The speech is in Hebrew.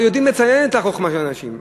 אבל יודעים לציין את החוכמה של הנשים.